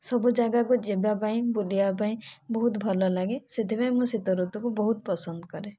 ସବୁ ଜାଗାକୁ ଯିବା ପାଇଁ ବୁଲିବା ପାଇଁ ବହୁତ ଭଲ ଲାଗେ ସେଥି ପାଇଁ ମୁଁ ଶୀତ ଋତୁ କୁ ମୁଁ ବହୁତ ପସନ୍ଦ କରେ